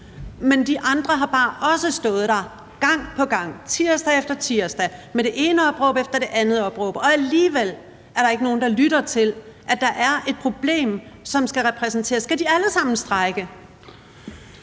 Men de andre har bare også stået der gang på gang, tirsdag efter tirsdag med det ene opråb efter det andet opråb, og alligevel er der ikke er nogen, der lytter til, at der er et problem, som det repræsenterer. Skal de alle sammen strejke?